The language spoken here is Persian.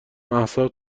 مهسا